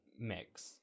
mix